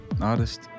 artist